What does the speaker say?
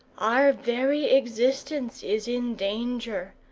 our very existence is in danger.